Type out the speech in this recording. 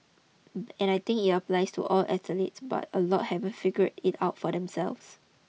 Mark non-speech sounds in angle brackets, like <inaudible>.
<unintelligible> and I think it applies to all athletes but a lot haven't figured it out for themselves